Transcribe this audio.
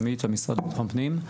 עמית מהמשרד לביטחון פנים.